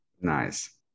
Nice